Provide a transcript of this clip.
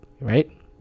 right